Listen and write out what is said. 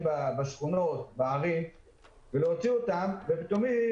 בשכונות שבערים ולהוציא אותם באופן פתאומי,